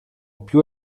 più